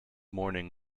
morning